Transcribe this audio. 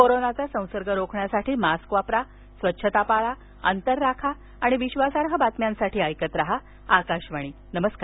कोरोनाचा संसर्ग रोखण्यासाठी मास्क वापरा स्वच्छता पाळा अंतर राखा आणि विश्वासार्ह बातम्यांसाठी ऐकत रहा आकाशवाणी नमस्कार